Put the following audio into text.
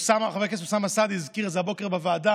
וחבר הכנסת אוסאמה סעדי הזכיר את זה הבוקר בוועדה,